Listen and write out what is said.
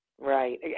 right